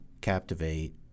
captivate